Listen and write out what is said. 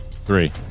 Three